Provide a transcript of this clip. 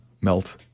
melt